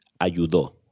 ayudó